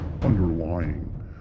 underlying